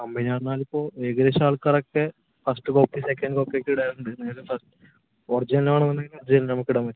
company വന്നാൽ ഇപ്പോൾ ഏകദേശം ആൾക്കാരൊക്കെ ഫസ്റ്റ് കോപ്പി സെക്കൻഡ് കോപ്പി ഒക്കെ ഇടാറുണ്ട് നിങ്ങൾ ഫ ഒറിജിനൽ ആണെങ്കിൽ ഒറിജിനൽ നമുക്കിടാൻ പറ്റും